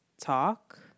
talk